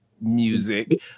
music